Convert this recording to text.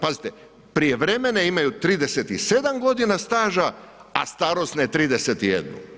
Pazite, prijevremene imaju 37 g. staža a starosne 31.